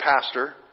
pastor